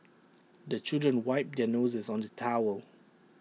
the children wipe their noses on the towel